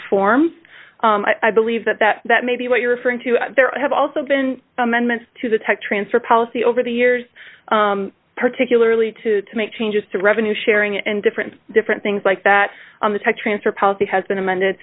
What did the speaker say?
forms i believe that that that may be what you're referring to there have also been amendments to the tech transfer policy over the years particularly to to make changes to revenue sharing and different different things like that on the transfer policy has been amended